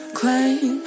claim